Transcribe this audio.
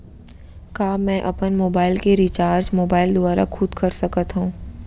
का मैं अपन मोबाइल के रिचार्ज मोबाइल दुवारा खुद कर सकत हव?